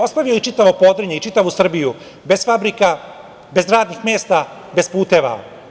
Ostavio je čitavo Podrinje i čitavu Srbiju bez fabrika, bez radnih mesta, bez puteva.